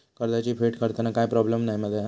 कर्जाची फेड करताना काय प्रोब्लेम नाय मा जा?